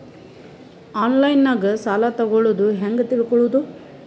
ಆನ್ಲೈನಾಗ ಸಾಲ ತಗೊಳ್ಳೋದು ಹ್ಯಾಂಗ್ ತಿಳಕೊಳ್ಳುವುದು?